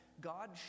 God